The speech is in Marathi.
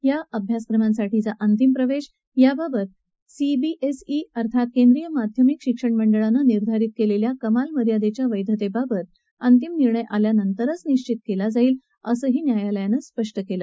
या अभ्यासक्रमांसाठीचा अंतिम प्रवेश याबाबत सी बी एस ई अर्थात केंद्रीय माध्यमिक शिक्षण मंडळानं निर्धारित केलेल्या कमाल मर्यादेच्या वैधतेबाबत अंतिम निर्णय आल्यानंतर निश्चित केला जाईलअसही न्यायालयानं स्पष्ट केलं